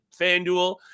FanDuel